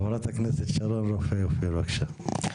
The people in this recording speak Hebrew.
חברת הכנסת שרון רופא אופיר, בבקשה.